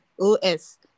O-S